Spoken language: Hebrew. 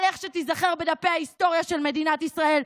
על איך שתיזכר בדפי ההיסטוריה של מדינת ישראל.